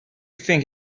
think